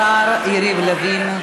תודה רבה לשר יריב לוין.